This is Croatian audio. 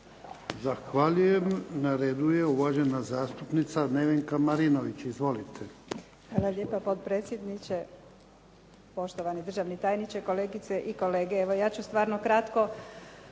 Zahvaljujem. Na redu je uvažena zastupnica Nevenka Marinović. Izvolite. **Marinović, Nevenka (HDZ)** Hvala lijepa, potpredsjedniče. Poštovani državni tajniče, kolegice i kolege. Evo ja ću stvarno kratko.